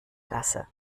gasse